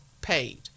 paid